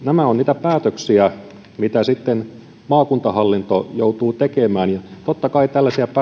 nämä ovat niitä päätöksiä mitä sitten maakuntahallinto joutuu tekemään totta kai kun tällaisia